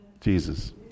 Jesus